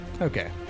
Okay